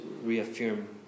reaffirm